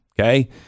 okay